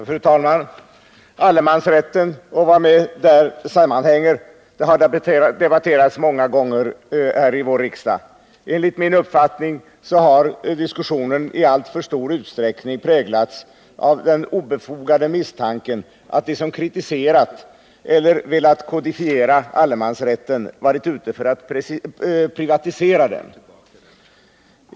Fru talman! Allemansrätten och vad därmed sammanhänger har debatterats många gånger här i vår riksdag. Enligt min uppfattning har diskussionen i alltför stor utsträckning präglats av den obefogade misstanken att de som kritiserat eller velat kodifiera allemansrätten varit ute för att privatisera den.